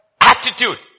attitude